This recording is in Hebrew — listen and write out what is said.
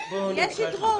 יהיה שדרוג.